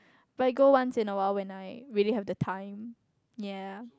but I go once in a while when I really have the time ya